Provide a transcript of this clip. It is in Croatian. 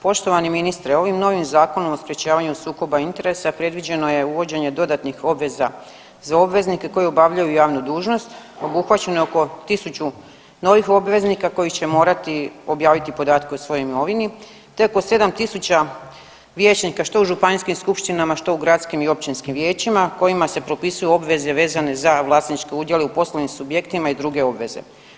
Poštovani ministre ovim novim Zakonom o sprječavanju sukoba interesa predviđeno je uvođenje dodatnih obveza za obveznike koji obavljaju javnu dužnost, obuhvaćeno je oko 1000 novih obveznika koji će morati objaviti podatke o svojoj imovini te oko 7000 vijećnika što u županijskih skupštinama, što u gradskim i općinskim vijećima kojima se propisuju obveze vezane za vlasničke udjele u poslovnim subjektima i druge obveze.